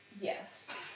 yes